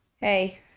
hey